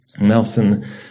Nelson